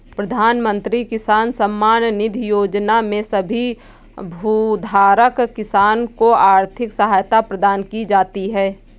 प्रधानमंत्री किसान सम्मान निधि योजना में सभी भूधारक किसान को आर्थिक सहायता प्रदान की जाती है